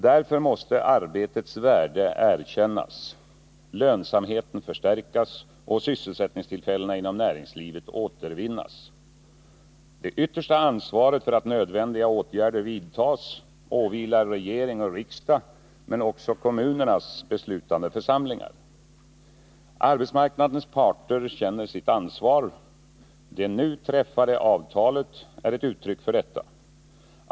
Därför måste arbetets värde erkännas, lönsamheten förstärkas och sysselsättningstillfällena inom näringslivet återvinnas. Det yttersta ansvaret för att nödvändiga åtgärder vidtas åvilar regering och riksdag men också kommunernas beslutande församlingar. Arbetsmarknadens parter känner sitt ansvar. Det nu träffade avtalet är ett uttryck för detta.